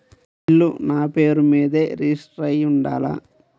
ఇల్లు నాపేరు మీదే రిజిస్టర్ అయ్యి ఉండాల?